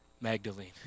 Magdalene